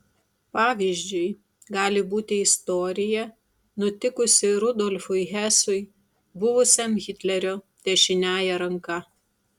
pavyzdžiu gali būti istorija nutikusi rudolfui hesui buvusiam hitlerio dešiniąja ranka